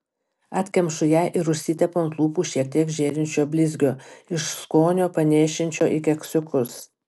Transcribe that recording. atkemšu ją ir užsitepu ant lūpų šiek tiek žėrinčio blizgio iš skonio panėšinčio į keksiukus